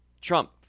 Trump